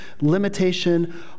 limitation